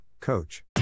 Coach